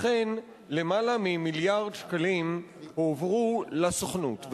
אכן למעלה ממיליארד שקלים הועברו לסוכנות,